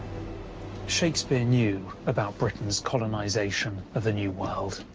shakespeare knew about britain's colonisation of the new world.